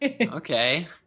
okay